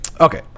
Okay